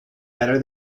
better